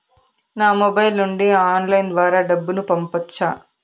నా మొబైల్ నుండి ఆన్లైన్ ద్వారా డబ్బును పంపొచ్చా